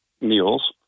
meals